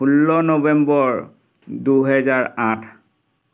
ষোল্ল নৱেম্বৰ দুহেজাৰ আঠ